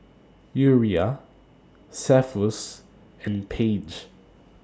Uriah Cephus and Paige